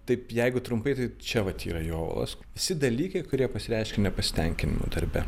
taip jeigu trumpai tai čia vat yra jovalas visi dalykai kurie pasireiškia nepasitenkinimu darbe